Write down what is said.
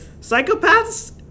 Psychopaths